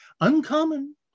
Uncommon